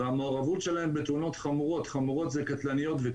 אני מקווה שהשיפורים הקטנים יימשכו,